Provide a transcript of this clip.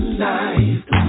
life